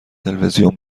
تلویزیون